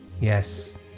Yes